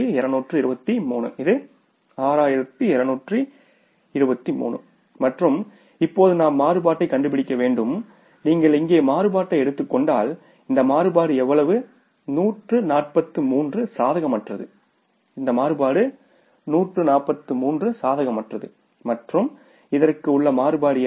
6223 இது 6223 மற்றும் இப்போது நாம் மாறுபாட்டைக் கண்டுபிடிக்க வேண்டும் நீங்கள் இங்கே மாறுபாட்டை எடுத்துக் கொண்டால் இந்த மாறுபாடு எவ்வளவு 143 சாதகமற்றது இந்த மாறுபாடு 143 சாதகமற்றது மற்றும் இதற்கும் உள்ள மாறுபாடு என்ன